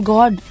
God